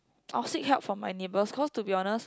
or seek help from my neighbours cause to be honest